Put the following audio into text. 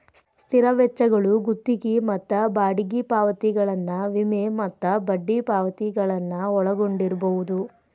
ಸ್ಥಿರ ವೆಚ್ಚಗಳು ಗುತ್ತಿಗಿ ಮತ್ತ ಬಾಡಿಗಿ ಪಾವತಿಗಳನ್ನ ವಿಮೆ ಮತ್ತ ಬಡ್ಡಿ ಪಾವತಿಗಳನ್ನ ಒಳಗೊಂಡಿರ್ಬಹುದು